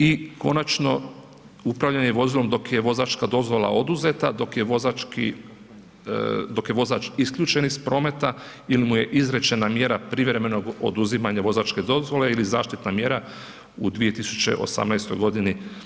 I konačno upravljanje vozilom dok je vozačka dozvola oduzeta, dok je vozački, dok je vozač isključen iz prometa ili mu je izrečena mjera privremenog oduzimanja vozačke dozvole ili zaštitna mjera u 2018. godini.